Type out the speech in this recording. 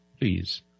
Please